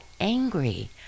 angry